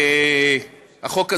החוק הזה,